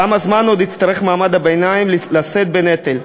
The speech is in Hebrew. כמה זמן עוד יצטרך מעמד הביניים לשאת בנטל?